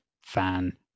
fan